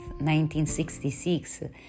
1966